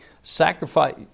Sacrifice